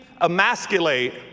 emasculate